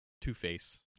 two-face